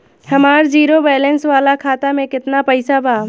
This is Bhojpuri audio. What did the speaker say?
हमार जीरो बैलेंस वाला खाता में केतना पईसा बा?